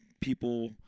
people